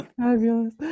fabulous